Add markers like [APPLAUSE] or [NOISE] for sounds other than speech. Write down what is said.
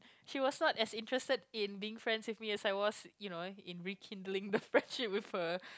she was not as interested in being friends with me as I was you know in rekindling the friendship with her [LAUGHS]